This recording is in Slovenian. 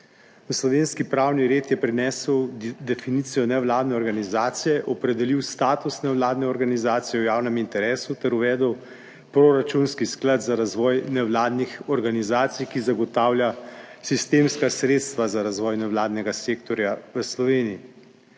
slovenski pravni red je prenesel definicijo nevladne organizacije, opredelil status nevladne organizacije v javnem interesu ter uvedel proračunski sklad za razvoj nevladnih organizacij, ki zagotavlja sistemska sredstva za razvoj nevladnega sektorja v Sloveniji.